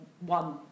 one